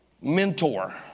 mentor